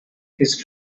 his